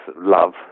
love